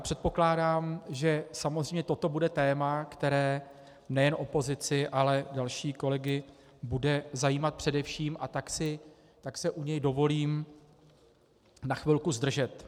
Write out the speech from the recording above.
Předpokládám, že samozřejmě toto bude téma, které nejen opozici, ale další kolegy bude zajímat především, a tak se u něj dovolím na chvilku zdržet.